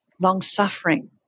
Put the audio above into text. long-suffering